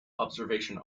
observation